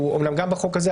שהוא אומנם גם בחוק הזה,